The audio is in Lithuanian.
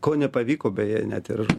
ko nepavyko beje net ir